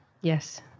Yes